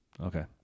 Okay